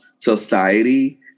society